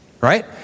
Right